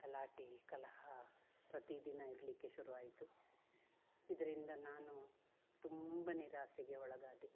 ಗಲಾಟೆ ಕಲಹ ಪ್ರತಿದಿನ ಇರಲಿಕ್ಕೆ ಶುರುವಾಯಿತು ಇದರಿಂದ ನಾನು ತುಂಬ ನಿರಾಸೆಗೆ ಒಳಗಾದೆ